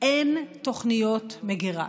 אין תוכניות מגירה,